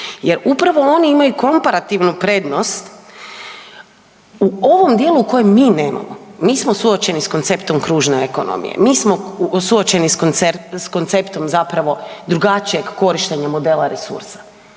jer upravo oni imaju komparativnu prednost u ovom dijelu u kojem mi nemamo. Mi smo suočeni s konceptom kružne ekonomije, mi smo suočeni s konceptom, zapravo drugačijeg korištenja modela resursa.